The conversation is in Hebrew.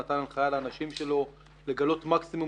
נתן הנחייה לאנשים שלו לגלות מקסימום